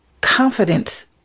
confidence